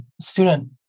student